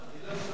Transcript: לא,